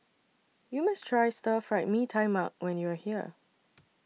YOU must Try Stir Fried Mee Tai Mak when YOU Are here